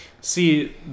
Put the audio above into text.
See